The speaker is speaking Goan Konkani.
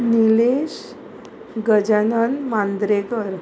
निलेश गजनन मांद्रेकर